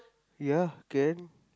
ya can